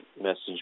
message